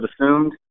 assumed